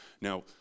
Now